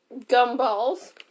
gumballs